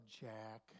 Jack